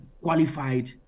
qualified